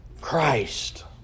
Christ